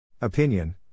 Opinion